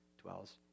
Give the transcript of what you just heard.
dwells